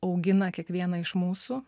augina kiekvieną iš mūsų